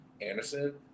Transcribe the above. Anderson